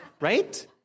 right